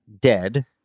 dead